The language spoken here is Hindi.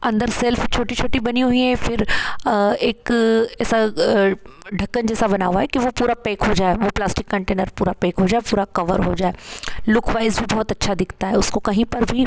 अंदर सेल्फ़ छोटी छोटी बनी हुई हैं फिर एक ऐसा ढक्कन जैसा बना हुआ है कि वो पूरा पेक हो जाए वो प्लास्टिक कंटेनर पूरा पेक हो जाए पूरा कवर हो जाए लुक वाइज़ भी बहुत अच्छा दिखता है उसको कहीं पर भी